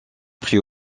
prit